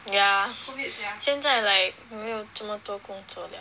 ya 现在 like 没有这么多工作 liao